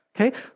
Okay